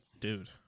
dude